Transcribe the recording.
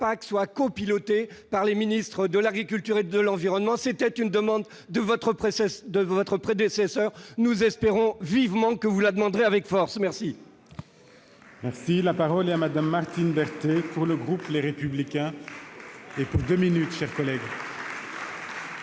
soit copilotée par les ministres de l'agriculture et de l'environnement. C'est peut-être une demande de votre prédécesseur ; nous espérons vivement que vous la reprendrez avec force !